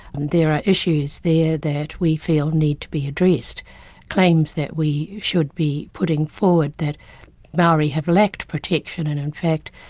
and there are issues there that we feel need to be addressed claims that we should be putting forward that maori have lacked protection and in fact,